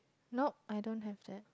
nope I don't have that